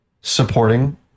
supporting